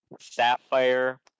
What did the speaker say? Sapphire